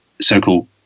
so-called